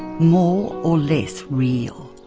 more or less real.